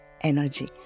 energy